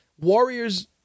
Warriors